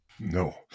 No